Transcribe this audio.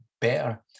better